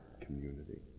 community